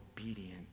obedient